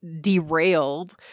derailed